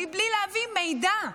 מבלי להביא מידע?